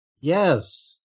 Yes